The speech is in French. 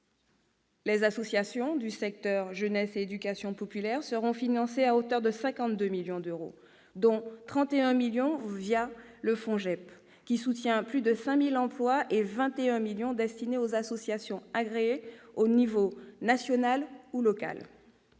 Les associations du secteur de la jeunesse et de l'éducation populaire seront financées à hauteur de 52 millions d'euros, dont 31 millions d'euros le FONJEP, qui soutient plus de 5 000 emplois, et 21 millions d'euros destinés aux associations agréées à l'échelon national ou local.